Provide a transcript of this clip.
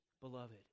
beloved